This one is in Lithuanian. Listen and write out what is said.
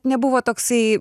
nebuvo toksai